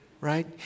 Right